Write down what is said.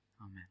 Amen